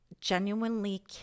genuinely